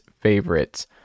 favorites